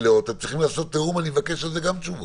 אני רוצה תוכניות.